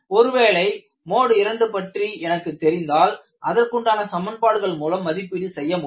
ஒருவேளை மோடு 2 பற்றி எனக்கு தெரிந்தால் அதற்குண்டான சமன்பாடுகள் மூலம் மதிப்பீடு செய்ய முடியும்